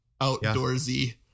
outdoorsy